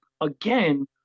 again